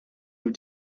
nous